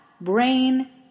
brain